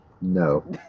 No